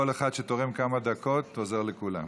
כל אחד שתורם כמה דקות עוזר לכולם.